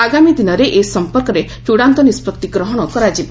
ଆଗାମୀ ଦିନରେ ଏ ସଂପର୍କରେ ଚୂଡ଼ାନ୍ତ ନିଷ୍ପଭି ଗ୍ରହଣ କରାଯିବ